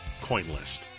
CoinList